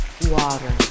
water